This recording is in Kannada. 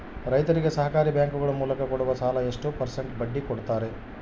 ರೈತರಿಗೆ ಸಹಕಾರಿ ಬ್ಯಾಂಕುಗಳ ಮೂಲಕ ಕೊಡುವ ಸಾಲ ಎಷ್ಟು ಪರ್ಸೆಂಟ್ ಬಡ್ಡಿ ಕೊಡುತ್ತಾರೆ?